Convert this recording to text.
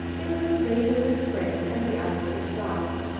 it was late in the spring and the ice was soft.